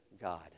God